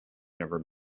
never